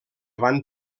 van